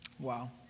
Wow